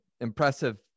impressive